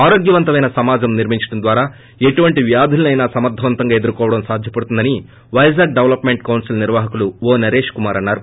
ఆరోగ్య వంతమైన సమాజం నిర్మించడం ద్వారా ఎటువంటి వ్యాధులైనా సమర్దవంతంగా ఎదుర్కోవడం సాధ్యపడుతుందని వైజాగ్ డెవలప్మెంట్ కౌన్సిల్ నిర్వాహకులు ఓ నరేష్ కుమార్ అన్నారు